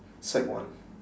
sec one